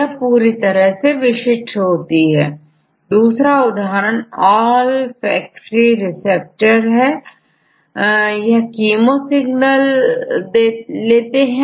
यह पूरी तरह से विशिष्ट होती दूसरा उदाहरण ऑलफैक्ट्री सूंघने केरिसेप्टर का है यह कीमो सिग्नल लेते हैं